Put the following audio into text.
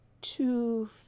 two